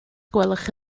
gwelwch